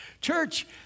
Church